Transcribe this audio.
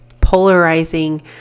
polarizing